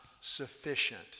sufficient